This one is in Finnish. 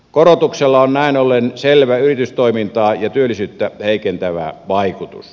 korotuksella on näin ollen selvä yritystoimintaa ja työllisyyttä heikentävä vaikutus